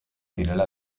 zirela